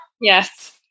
yes